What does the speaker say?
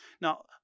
Now